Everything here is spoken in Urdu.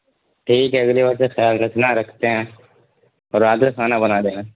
ٹھیک ہے اگلی بار سے خیال رکھنا رکھتے ہیں اور آ کر کھانا بنا دینا